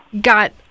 got